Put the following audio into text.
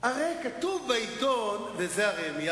צריכים להישאר פה עוד שני לילות.